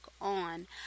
on